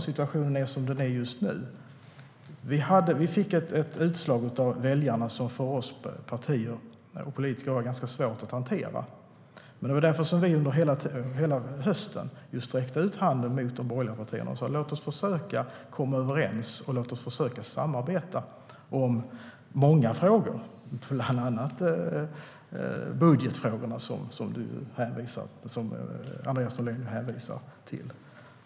Situationen är som den är just nu för att vi fick ett valresultat som var ganska svårt att hantera för oss politiker. Därför sträckte vi under hela hösten ut handen till de borgerliga partierna och sa: Låt oss försöka komma överens, och låt oss försöka samarbeta. Det gällde många frågor, bland annat budgetfrågorna, som Andreas Norlén hänvisade till.